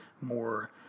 more